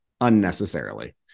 unnecessarily